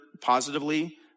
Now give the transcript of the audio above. positively